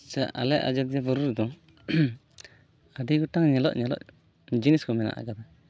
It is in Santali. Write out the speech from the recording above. ᱟᱞᱮ ᱟᱡᱳᱫᱤᱭᱟᱹ ᱵᱩᱨᱩ ᱨᱮᱫᱚ ᱟᱹᱰᱤ ᱜᱚᱴᱟᱝ ᱧᱮᱞᱚᱜ ᱧᱮᱞᱚᱜ ᱡᱤᱱᱤᱥ ᱠᱚ ᱢᱮᱱᱟᱜ ᱠᱟᱫᱟ